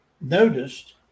noticed